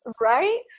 Right